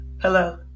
Hello